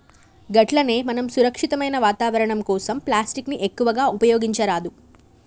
గట్లనే మనం సురక్షితమైన వాతావరణం కోసం ప్లాస్టిక్ ని ఎక్కువగా ఉపయోగించరాదు